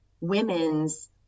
women's